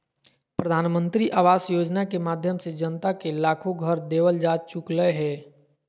प्रधानमंत्री आवास योजना के माध्यम से जनता के लाखो घर देवल जा चुकलय हें